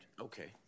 okay